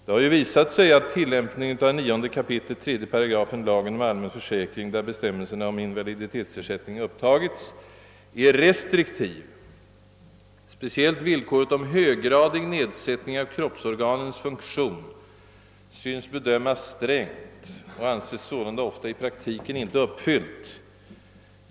Det har visat sig att tillämpningen av 9 kap. 3 § lagen om allmän försäkring, där bestämmelserna om invaliditetsersättning upptagits, är restriktiv. Speciellt villkoret om höggradig nedsättning av kroppsorganens funktion synes bedömas strängt och anses sålunda ofta i praktiken inte uppfyllt.